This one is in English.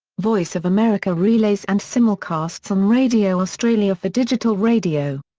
voice of america relays and simulcasts on radio australia for digital radio.